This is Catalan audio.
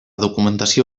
documentació